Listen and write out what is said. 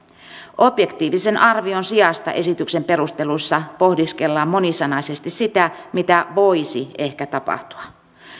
objektiivisen arvion sijasta esityksen perusteluissa pohdiskellaan monisanaisesti sitä mitä voisi ehkä tapahtua